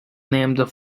named